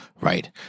right